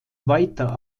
weiter